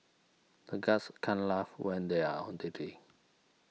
the guards can't laugh when they are on duty